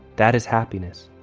that is happiness.